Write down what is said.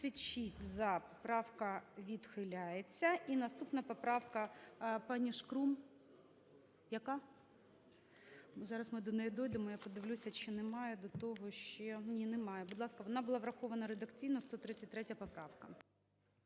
За-36 Поправка відхиляється. І наступна поправка - паніШкрум. Яка? Зараз ми до неї дойдемо. Я подивлюся, чи немає до того ще… Ні, немає. Будь ласка, вона була врахована редакційно, 133 поправка.